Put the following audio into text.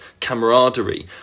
Camaraderie